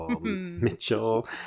Mitchell